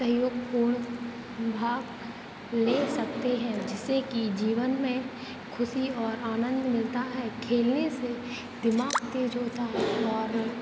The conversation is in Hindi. सहयोगपूर्ण भाग ले सकते हैं जिससे कि जीवन में खुशी और आनंद मिलता हैं खेलने से दिमाग तेज होता है और